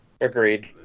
agreed